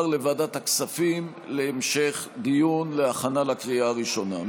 לוועדת הכספים להמשך דיון להכנה לקריאה הראשונה.